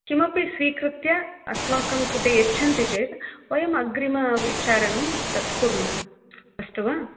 किमपि स्वीकृत्य अस्माकं कृते यच्छन्ति चेत् वयम् अग्रिमविचारणं तत् कुर्मः अस्तु वा